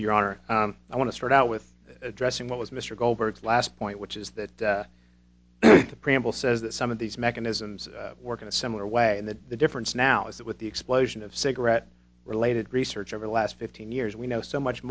you your honor i want to start out with addressing what was mr goldberg's last point which is that the preamble says that some of these mechanisms work in a similar way and that the difference now is that with the explosion of cigarette related research over the last fifteen years we know so much